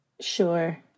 Sure